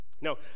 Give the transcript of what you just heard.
no